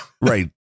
right